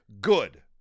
good